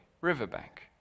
Riverbank